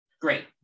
great